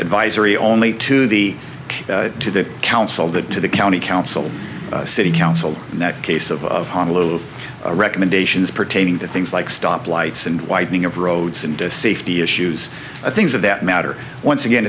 advisory only to the to the council that to the county council city council in that case of honolulu recommendations pertaining to things like stop lights and widening of roads and safety issues things of that matter once again